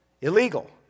illegal